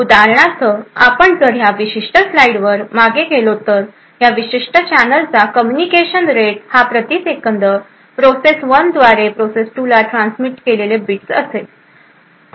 उदाहरणार्थ आपण जर ह्या विशिष्ट स्लाइड वर मागे गेलो तर ह्या विशिष्ट चॅनेलचा कम्युनिकेशन रेट हा प्रतिसेकंद प्रोसेस 1 द्वारे प्रोसेस 2 ला ट्रान्समिट केलेले बिट्स असेल